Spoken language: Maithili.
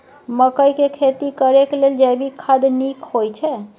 मकई के खेती करेक लेल जैविक खाद नीक होयछै?